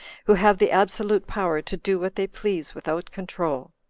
who have the absolute power to do what they please without control.